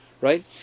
right